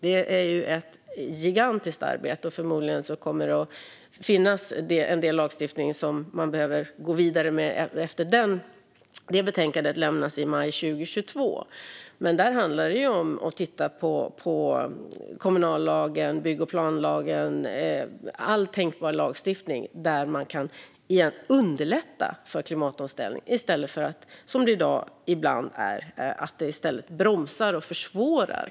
Det är ett gigantiskt arbete. Förmodligen kommer man att behöva gå vidare med en del lagstiftning efter att det betänkandet lämnas i maj 2022. Det handlar om att titta på kommunallagen, bygg och planlagen och all tänkbar lagstiftning där man återigen kan underlätta för klimatomställningen, i stället för att som i dag ibland bromsa och försvåra.